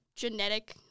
genetic